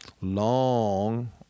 long